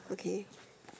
okay